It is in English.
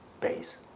base